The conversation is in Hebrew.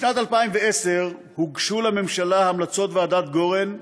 בשנת 2010 הוגשו לממשלה המלצות ועדת גורן,